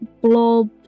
blob